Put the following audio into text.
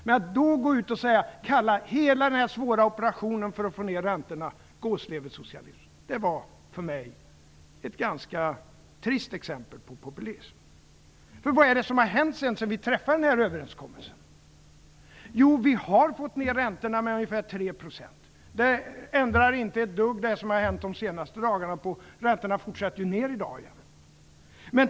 Men att då gå ut och kalla den här svåra operationen för att få ned räntorna för gåsleversocialism - det var för mig ett ganska trist exempel på populism. Vad är det som har hänt sedan vi träffade den här uppgörelsen? Jo, räntorna har gått ned med ungefär 3 %. Det som har hänt de senaste dagarna ändrar inte på det; räntorna har i dag återigen fortsatt nedåt.